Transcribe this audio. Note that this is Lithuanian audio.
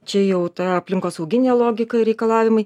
čia jau ta aplinkosauginė logika ir reikalavimai